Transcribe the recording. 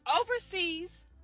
overseas